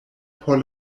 por